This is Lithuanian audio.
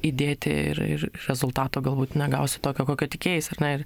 įdėti ir ir rezultato galbūt negausi tokio kokio tikėjais ar ne ir